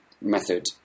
method